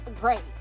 Great